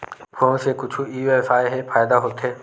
Phone से कुछु ई व्यवसाय हे फ़ायदा होथे?